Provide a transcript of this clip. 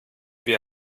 wir